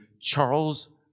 Charles